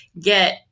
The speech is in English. get